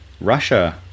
Russia